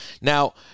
Now